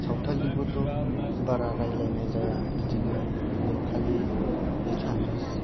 सावथालनिखौथ' बारा रायज्लायनाय जाया बिदिनो नेपालि एसामिस